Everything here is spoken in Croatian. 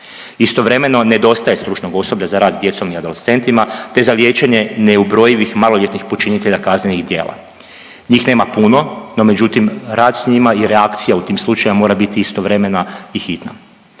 Istovremeno nedostaje stručnog osoblja za rad s djecom i adolescentima, te za liječenje neubrojivih maloljetnih počinitelja kaznenih djela. Njih nema puno, no međutim rad s njima i reakcija u tim slučajevima mora biti istovremena i hitna.